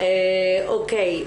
אוקיי.